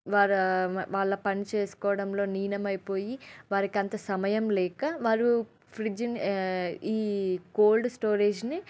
వారా వాళ్ళ పని చేసుకోవడంలో లీనమైపోయి వారికంత సమయం లేక వారు ఫ్రిడ్జ్ని ఈ కోల్డ్ స్టోరేజ్ని